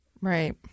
Right